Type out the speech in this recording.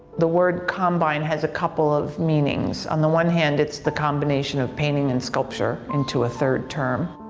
the word combine has a couple of meanings. on the one hand, it's the combination of painting and sculpture into a third term.